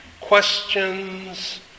questions